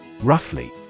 roughly